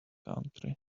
country